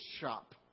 shop